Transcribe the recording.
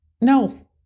No